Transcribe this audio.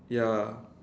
ya